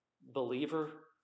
believer